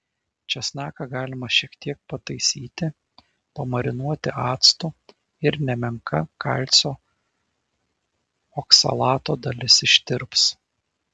česnaką galima šiek tiek pataisyti pamarinuoti actu ir nemenka kalcio oksalato dalis ištirps